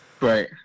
Right